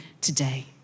today